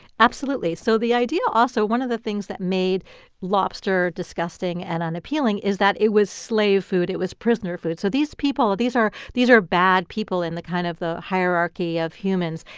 absolutely. so the idea also one of the things that made lobster disgusting and unappealing is that it was slave food. it was prisoner food. so these people, these are these are bad people in the kind of hierarchy of humans,